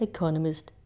Economist